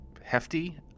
hefty